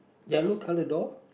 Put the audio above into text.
yellow color door